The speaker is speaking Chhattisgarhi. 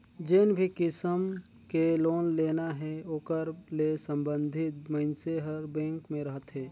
जेन भी किसम के लोन लेना हे ओकर ले संबंधित मइनसे हर बेंक में रहथे